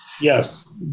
Yes